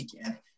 again